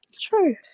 True